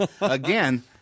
again